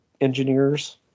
engineers